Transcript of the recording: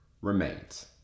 remains